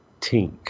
tink